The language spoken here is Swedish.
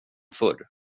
förr